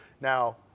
now